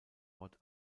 ort